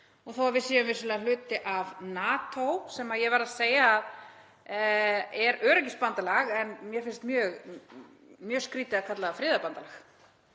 og þó að við séum vissulega hluti af NATO, sem ég var að segja að er öryggisbandalag og mér finnst mjög skrýtið að kalla það friðarbandalag